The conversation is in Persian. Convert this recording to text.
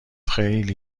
خیلی